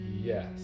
Yes